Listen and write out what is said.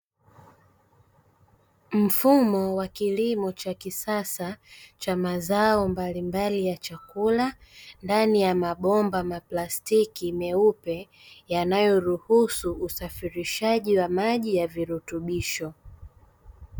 Mfumo wa kilimo cha kisasa cha mazao mbalimbali ya chakula. Ndani ya mabomba maplastiki meupe yanayo ruhusu usafirishaji wa maji ya virutubisho.